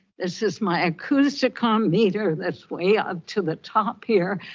this is my acousticom meter that's way up to the top here.